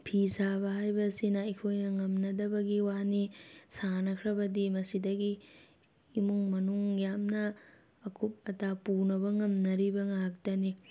ꯐꯤ ꯁꯥꯕ ꯍꯥꯏꯕ ꯑꯁꯤꯅ ꯑꯩꯈꯣꯏꯅ ꯉꯝꯅꯗꯕꯒꯤ ꯋꯥꯅꯤ ꯁꯥꯟꯅꯈ꯭ꯔꯕꯗꯤ ꯃꯁꯤꯗꯒꯤ ꯏꯃꯨꯡ ꯃꯅꯨꯡ ꯌꯥꯝꯅ ꯑꯀꯨꯞ ꯑꯇꯥ ꯄꯨꯅꯕ ꯉꯝꯅꯔꯤꯕ ꯉꯥꯛꯇꯅꯤ